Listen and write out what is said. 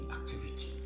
activity